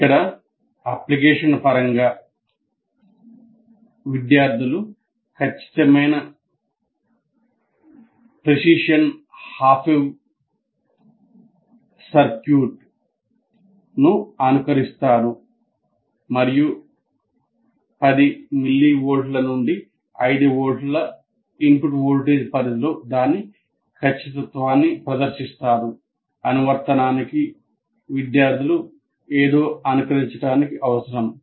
ఇక్కడ అప్లికేషన్ పరంగా విద్యార్థులు ఖచ్చితమైన సగం వేవ్ సర్క్యూట్ అవసరం